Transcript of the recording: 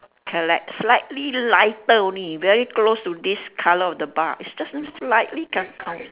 correct slightly lighter only very close to this colour of the bar is just slightly